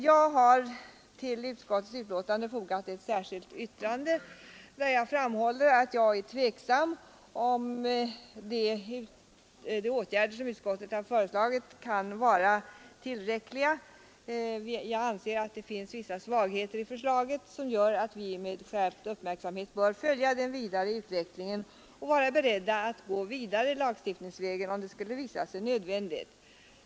Jag har till utskottets betänkande fogat ett särskilt yttrande, där jag framhåller att jag är tveksam huruvida de åtgärder som utskottet har föreslagit kan vara tillräckliga. Jag anser att det finns vissa svagheter i förslaget som gör att vi med skärpt uppmärksamhet bör följa den fortsatta utvecklingen och gå vidare lagstiftningsvägen, om det skulle visa sig nödvändigt.